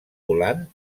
volant